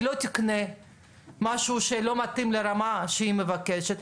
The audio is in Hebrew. היא לא תקנה משהו שלא מתאים לרמה שהיא מבקשת,